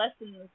lessons